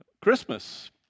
Christmas